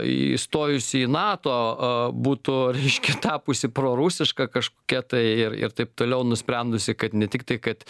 į stojus į nato a būtų reiškia tapusi prorusiška kažkokia tai ir ir taip toliau nusprendusi kad ne tiktai kad